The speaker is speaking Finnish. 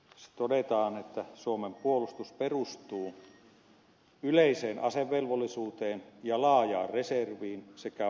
tässä todetaan että suomen puolustus perustuu yleiseen asevelvollisuuteen ja laajaan reserviin sekä vahvaan maanpuolustustahtoon